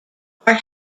are